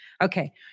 Okay